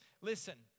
Listen